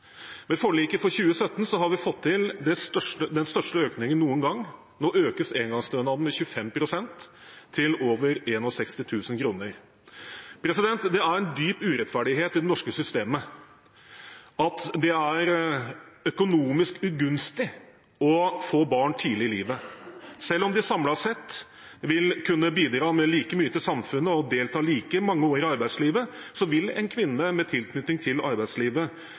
Med forliket for 2017 har vi fått til den største økningen noen gang. Nå økes engangsstønaden med 25 pst., til over 61 000 kr. Det er en dyp urettferdighet i det norske systemet at det er økonomisk ugunstig å få barn tidlig i livet. Selv om de samlet sett vil kunne bidra med like mye til samfunnet og delta like mange år i arbeidslivet, vil en kvinne med tilknytning til arbeidslivet